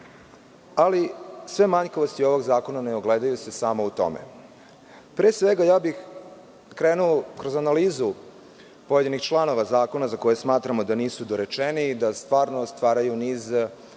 ali sve manjkavosti ovog zakona ne ogledaju se samo u tome. Pre svega, krenuo bih kroz analizu pojedinih članova zakona za koje smatramo da nisu dorečeni i da stvarno stvaraju niz